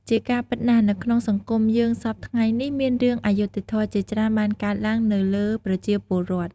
ជាការពិតណាស់នៅក្នុងសង្គមយើងសព្វថ្ងៃនេះមានរឿងអយុត្ដិធម៌ជាច្រើនបានកើតឡើងទៅលើប្រជាពលរដ្ឋ។